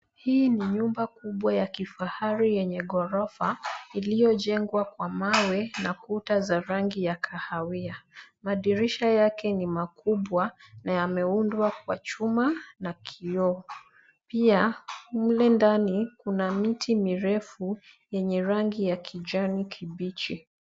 Hii ni nyumba kubwa ya kifahari yenye ghorofa iliyo jengwa kwa mawe na kuta za rangi ya kahawia. Madirisha yake ni makubwa na yameundwa kwa chuma na kioo, pia mule ndani kuna miti mirefu yenye rangi ya kijani kibichi.